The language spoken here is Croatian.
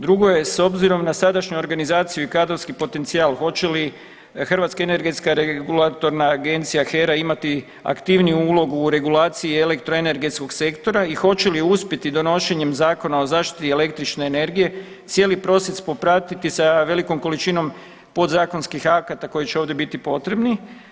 Drugo je, s obzirom na sadašnju organizaciju i kadrovski potencijal hoće li Hrvatska energetska regulatorna agencija (HERA-a) imati aktivniju ulogu aktivniju ulogu u regulaciji elektroenergetskog sektora i hoće li uspjeti donošenjem Zakona o zaštiti električne energije cijeli proces popratiti sa velikom količinom podzakonskih akata koji će ovdje biti potrebni?